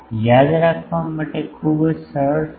યાદ રાખવા માટે ખૂબ જ સરળ સૂત્ર